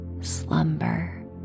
slumber